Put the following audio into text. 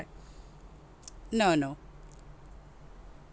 no no